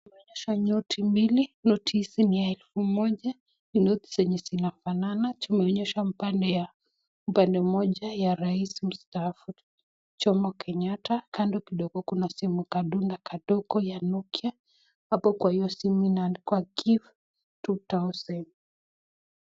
Inaonyesha noti mbili, noti hizi ni ya elfu moja. Ni noti zenye zinafanana tumeonyeshwa upande ya upande mmoja ya raisi mtaafu Jomo Kenyatta. Kando kindogo kuna simu kandunda kandogo ya Nokia. Hapo kwa hiyo simu imeandikwa give two thousand .